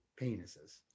penises